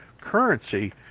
currency